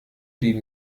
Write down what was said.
die